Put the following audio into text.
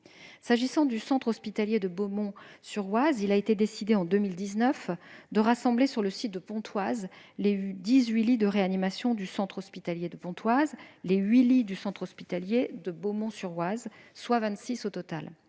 S'agissant du centre hospitalier de Beaumont-sur-Oise, il a été décidé, en 2019, de rassembler sur le site de Pontoise les 18 lits de réanimation du centre hospitalier de Pontoise et les 8 lits du centre hospitalier de Beaumont-sur-Oise, soit 26 au total.